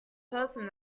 person